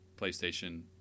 PlayStation